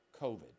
COVID